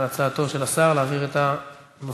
על הצעתו של השר להעביר את הנושא,